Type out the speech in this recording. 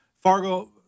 Fargo